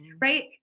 right